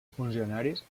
funcionaris